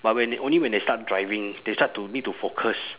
but when they only when they start driving they start to need to focus